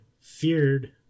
feared